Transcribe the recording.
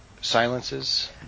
Silences